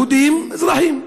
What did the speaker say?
יהודים אזרחים,